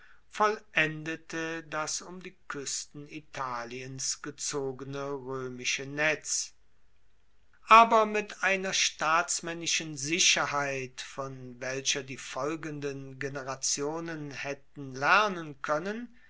vollendete das um die kuesten italiens gezogene roemische netz aber mit einer staatsmaennischen sicherheit von welcher die folgenden generationen haetten lernen koennen